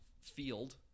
field